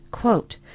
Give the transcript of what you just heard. quote